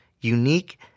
unique